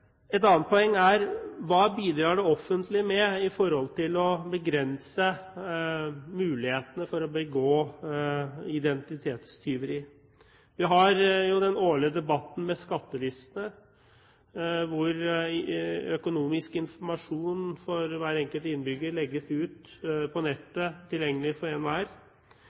Et annet poeng er: Hva bidrar det offentlige med for å begrense muligheten for å begå identitetstyveri? Vi har jo den årlige debatten med skattelistene, hvor økonomisk informasjon om hver enkelt innbygger legges ut på nettet – tilgjengelig for